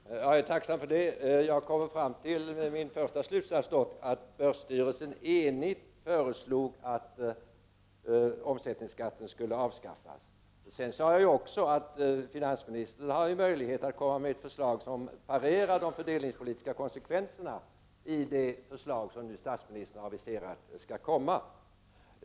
Herr talman! Jag är tacksam för det. Jag kommer då fram till min första slutsats, att börsstyrelsen enigt föreslog att omsättningsskatten på aktier skulle avskaffas. Jag sade också att finansministern ju har möjlighet att framlägga ett förslag som parerar de fördelningspolitiska konsekvenserna i det förslag som statsministern nu aviserat skall komma.